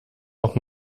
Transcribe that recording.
noch